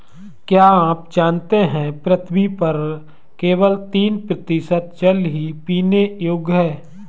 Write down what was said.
क्या आप जानते है पृथ्वी पर केवल तीन प्रतिशत जल ही पीने योग्य है?